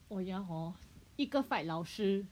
oh ya hor 一个 fight 老师